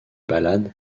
balades